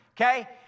okay